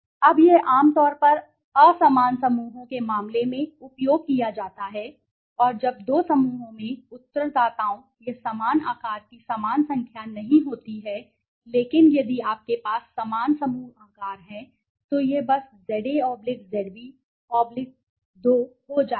अब यह आम तौर पर असमान समूहों के मामले में उपयोग किया जाता है जब दो समूहों में उत्तरदाताओं या समान आकार की समान संख्या नहीं होती है लेकिन यदि आपके पास समान समूह आकार है तो यह बस za zb 2 हो जाएगा